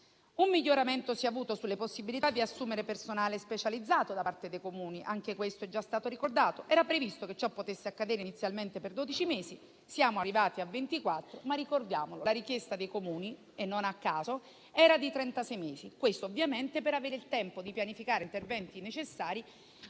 Un miglioramento si è avuto sulle possibilità di assumere personale specializzato da parte dei Comuni: anche questo è già stato ricordato. Era previsto che ciò potesse accadere inizialmente per dodici mesi; siamo arrivati a ventiquattro, ma - ricordiamolo - la richiesta dei Comuni, non a caso, era di trentasei mesi, ovviamente per avere il tempo di pianificare interventi necessari